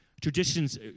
Traditions